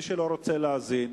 מי שלא רוצה להאזין,